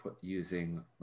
using